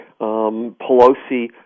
Pelosi